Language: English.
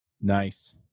Nice